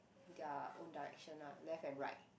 their own direction lah left and right